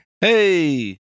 Hey